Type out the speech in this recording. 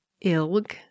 Ilg